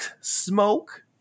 smoke